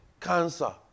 cancer